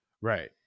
Right